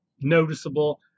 noticeable